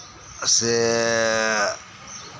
ᱥᱮ